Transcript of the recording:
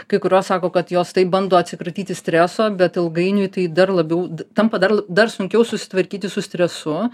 kai kurios sako kad jos taip bando atsikratyti streso bet ilgainiui tai dar labiau d tampa dar dar sunkiau susitvarkyti su stresu